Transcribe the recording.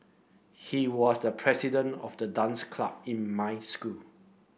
he was the president of the dance club in my school